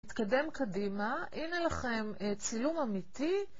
נתקדם קדימה, הנה לכם צילום אמיתי.